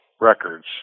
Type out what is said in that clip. records